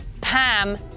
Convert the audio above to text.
Pam